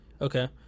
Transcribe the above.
Okay